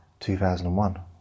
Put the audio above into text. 2001